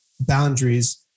boundaries